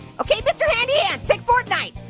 okay, mr. handy hands, pick fortnite.